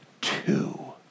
two